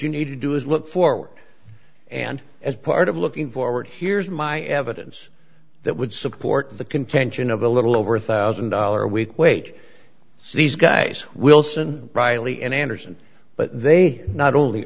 you need to do is look forward and as part of looking forward here's my evidence that would support the contention of a little over a one thousand dollars a week wage these guys wilson riley and anderson but they not only